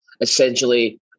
essentially